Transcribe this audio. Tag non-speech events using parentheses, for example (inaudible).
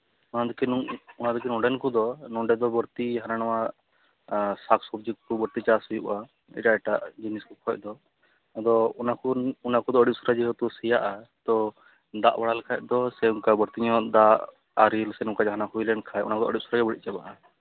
ᱚᱱᱟ (unintelligible) ᱚᱱᱟᱫᱚᱠᱤ ᱱᱚᱸᱰᱮᱱ ᱠᱚᱫᱚ ᱱᱚᱸᱰᱮ ᱫᱚ ᱵᱟᱹᱲᱛᱤ ᱦᱟᱱᱟ ᱱᱚᱣᱟ ᱥᱟᱠᱼᱥᱚᱵᱽᱡᱤ ᱠᱚ ᱵᱟᱹᱲᱛᱤ ᱪᱟᱥ ᱦᱩᱭᱩᱜᱼᱟ ᱮᱴᱟᱜ ᱮᱴᱟᱜ ᱡᱤᱱᱤᱥ ᱠᱚ ᱠᱷᱚᱱ ᱫᱚ ᱟᱫᱚ ᱚᱱᱟ ᱠᱚᱫᱚ ᱚᱱᱟ ᱠᱚᱫᱚ ᱟᱹᱰᱤ ᱩᱥᱟᱹᱨᱟ ᱡᱮᱦᱮᱛᱩ ᱥᱮᱭᱟᱜᱼᱟ ᱛᱳ ᱫᱟᱜ ᱵᱟᱲᱟ ᱞᱮᱠᱷᱟᱱ ᱫᱚ ᱥᱮ ᱚᱱᱠᱟ ᱵᱟᱹᱲᱛᱤ ᱧᱚᱜ ᱫᱟᱜ ᱟᱨᱮᱞ ᱥᱮ ᱱᱚᱠᱟᱱᱟᱜ ᱡᱟᱦᱟᱱᱟᱜ ᱦᱩᱭ ᱞᱮᱱᱠᱷᱟᱱ ᱚᱱᱟ ᱠᱚᱫᱚ ᱟᱹᱰᱤ ᱩᱥᱟᱹᱨᱟ ᱜᱮ ᱵᱟᱹᱲᱤᱡ ᱪᱟᱵᱟᱜᱼᱟ